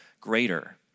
greater